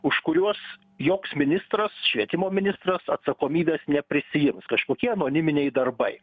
už kuriuos joks ministras švietimo ministras atsakomybės neprisiims kažkokie anoniminiai darbai